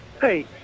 Hey